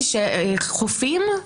אז המסר שיעבור הוא בדיוק הפוך.